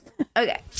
Okay